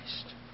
Christ